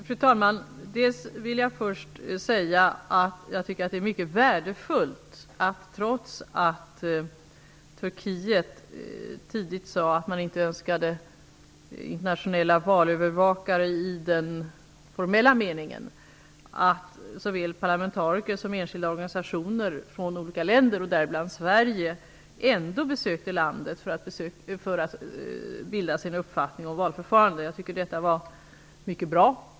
Fru talman! Jag vill först säga att jag tycker att det är mycket värdefullt att såväl parlamentariker som enskilda organisationer från olika länder, däribland Sverige, besökte Turkiet för att bilda sig en uppfattning om valförfarandet, trots att landet tidigt sade att man inte önskade internationella valövervakare i den formella meningen. Jag tycker att detta var mycket bra.